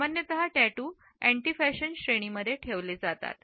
सामान्यत tattoo anti fashion श्रेणीमध्ये ठेवले जातात